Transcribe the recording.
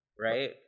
right